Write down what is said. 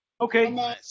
Okay